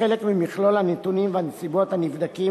כחלק ממכלול הנתונים והנסיבות הנבדקים